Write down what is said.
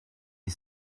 les